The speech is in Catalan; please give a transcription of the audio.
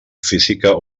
física